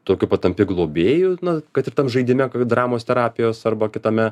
tokiu patampi globėju na kad ir tam žaidime dramos terapijos arba kitame